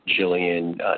Jillian